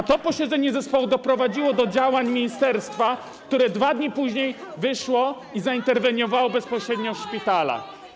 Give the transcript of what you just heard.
A to posiedzenie zespołu doprowadziło do działań ministerstwa, które 2 dni później wyszło i zainterweniowało bezpośrednio w szpitalach.